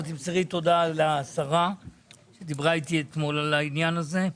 תמסרי תודה לשרה, היא דיברה איתי על העניין הזה.